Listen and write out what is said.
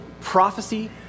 prophecy